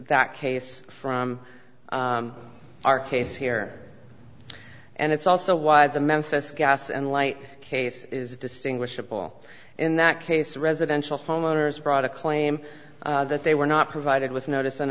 that case from our case here and it's also why the memphis gas and light case is distinguishable in that case residential homeowners brought a claim that they were not provided with notice and